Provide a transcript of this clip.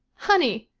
honey,